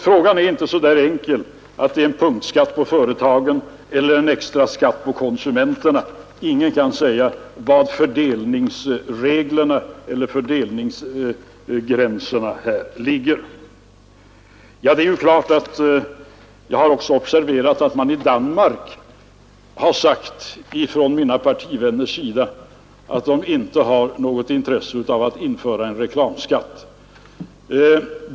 Frågan är inte så enkel att det bara handlar om en punktskatt på företagen eller en extra skatt på konsumenterna; ingen kan säga var fördelningsgränserna härvidlag ligger. Det är klart att jag också har observerat att mina partivänner i Danmark har sagt att de inte har något intresse av att införa en reklamskatt där.